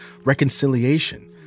reconciliation